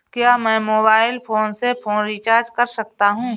क्या मैं mobile phone से फोन रिचार्ज कर सकता हूं?